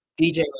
DJ